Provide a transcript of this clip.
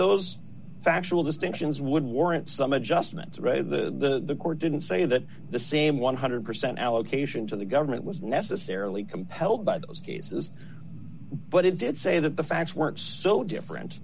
those factual distinctions would warrant some adjustments re the or didn't say that the same one hundred percent allocation to the government was necessarily compelled by those cases but it did say that the facts weren't so different